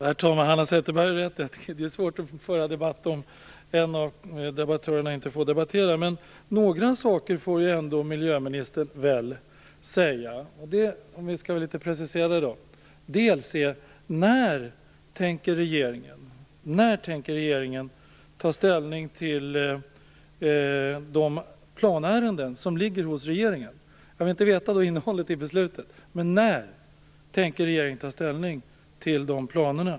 Herr talman! Hanna Zetterberg har rätt i att det är svårt att föra debatt om en av debattörerna inte får debattera. Men några saker får väl miljöministern ändå säga. Om vi skall precisera det litet grand är alltså frågorna dessa: För det första: När tänker regeringen ta ställning till de planärenden som ligger hos regeringen? Jag vill inte veta innehållet i beslutet, men när tänker regeringen ta ställning?